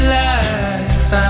life